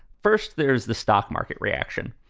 first, there's the stock market reaction.